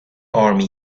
army